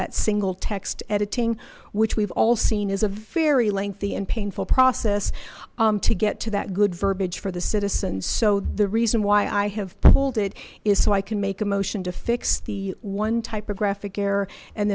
that single text editing which we've all seen is a very lengthy and painful process to get to that good verbage for the citizens so the reason why i have pulled it is so i can make a motion to fix the one typographic error and